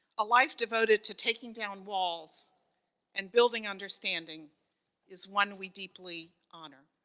a life devoted to taking down walls and building understanding is one we deeply honor.